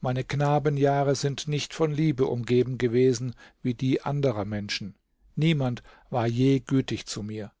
meine knabenjahre sind nicht von liebe umgeben gewesen wie die anderer menschen niemand war je gütig zu mir